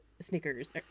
Snickers